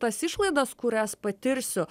tas išlaidas kurias patirsiu